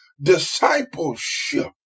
discipleship